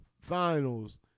finals